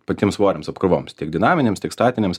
patiems svoriams apkrovoms tiek dinaminėms tik statinėms